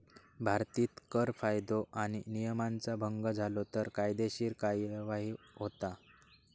भारतीत कर कायदो आणि नियमांचा भंग झालो तर कायदेशीर कार्यवाही होता